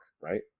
right